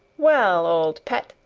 well, old pet,